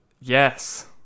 Yes